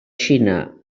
xina